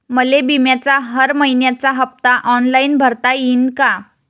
मले बिम्याचा हर मइन्याचा हप्ता ऑनलाईन भरता यीन का?